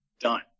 done